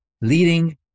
leading